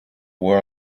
were